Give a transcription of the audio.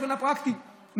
מבחינה פרקטית,